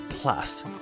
Plus